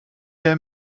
der